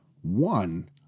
one